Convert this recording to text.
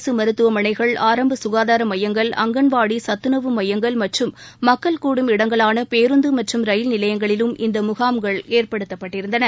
அரசு மருத்துவமனைகள் ஆரம்ப சுகாதார மையங்கள் அங்கன்வாடி சத்துணவு மையங்கள் மற்றும் மக்கள் கூடும் இடங்களான பேருந்து மற்றும் ரயில் நிலையங்களிலும் இந்த முகாம்கள் ஏற்படுத்தப்பட்டிருந்தன